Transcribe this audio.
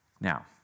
Now